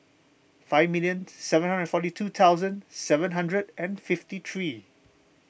five million seven hundred forty two thousand seven hundred and fifty three